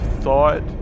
thought